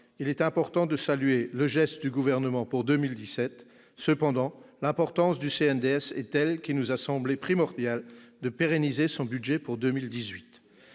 il est important de saluer le geste du Gouvernement pour 2017 ; cependant, l'importance du CNDS est telle qu'il nous a semblé primordial de pérenniser son budget pour 2018.